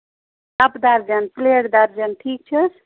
کپہٕ درجن پلیٹ درجن ٹھیٖک چھےٚ حظ